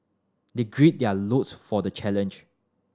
they gird their loins for the challenge